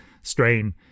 strain